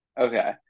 Okay